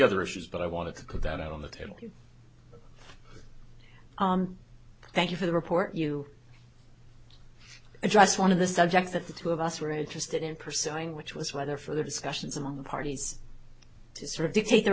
other issues but i want to put that on the table thank you for the report you address one of the subjects that the two of us were interested in pursuing which was whether further discussions among the parties to sort of dictate their